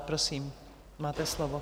Prosím, máte slovo.